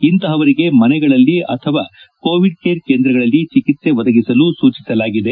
ಇಂತಹವರಿಗೆ ಮನೆಗಳಲ್ಲಿ ಅಥವಾ Covid care ಕೇಂದ್ರಗಳಲ್ಲಿ ಚಿಕಿತ್ತೆ ಒದಗಿಸಲು ಸೂಚಿಸಲಾಗಿದೆ